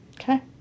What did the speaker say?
Okay